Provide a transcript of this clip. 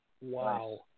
Wow